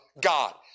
God